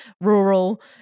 rural